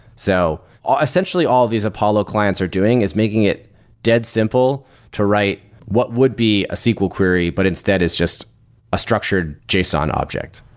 so essentially all these apollo clients are doing is making it dead simple to write what would be a sql query, but instead is just a structured json object.